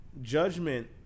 judgment